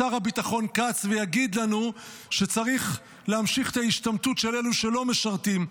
שר הביטחון כץ ויגיד לנו שצריך להמשיך את ההשתמטות של אלו שלא משרתים.